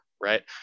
right